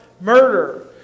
murder